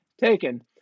taken